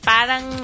Parang